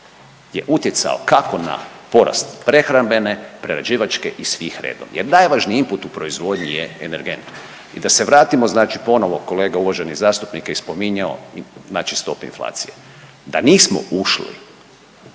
je utjecao kako na porast prehrambene, prerađivačke i svih redom jer najvažniji input u proizvodnji je energent. I da se vratimo, znači ponovo kolega uvaženi zastupnik je i spominjao znači stope inflacije. Da nismo ušli